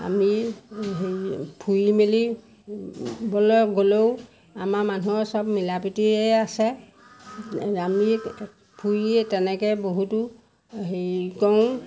আমি হেৰি ফুৰি মেলিবলৈ গ'লেও আমাৰ মানুহৰ সব মিলা প্ৰীতিৰেই আছে আমি ফুৰি তেনেকৈ বহুতো হেৰি কৰোঁ